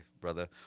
brother